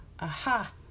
aha